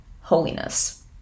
holiness